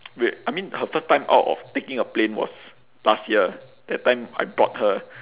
wait I mean her first time out of taking a plane was last year that time I brought her